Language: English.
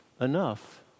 enough